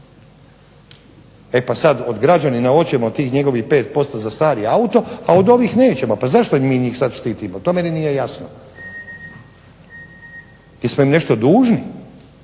E pa sad od građanina hoćemo tih njegovih 5% za stari auto, a od ovih nećemo. Pa zašto mi njih sad štitimo? To meni nije jasno. Jesmo im nešto dužni?